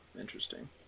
interesting